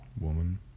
Woman